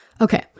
Okay